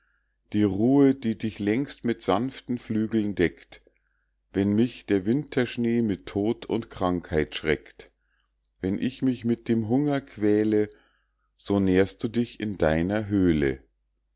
die ruhe die dich längst mit sanften flügeln deckt wenn mich der winterschnee mit tod und krankheit schreckt wenn ich mich mit dem hunger quäle so nährst du dich in deiner höhle